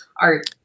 art